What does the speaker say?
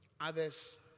others